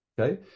Okay